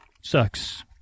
sucks